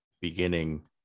beginning